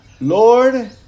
Lord